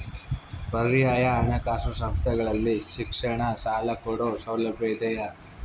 ಪರ್ಯಾಯ ಹಣಕಾಸು ಸಂಸ್ಥೆಗಳಲ್ಲಿ ಶಿಕ್ಷಣ ಸಾಲ ಕೊಡೋ ಸೌಲಭ್ಯ ಇದಿಯಾ?